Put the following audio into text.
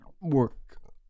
work